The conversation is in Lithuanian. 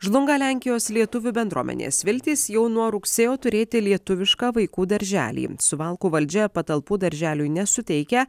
žlunga lenkijos lietuvių bendruomenės viltys jau nuo rugsėjo turėti lietuvišką vaikų darželį suvalkų valdžia patalpų darželiui nesuteikia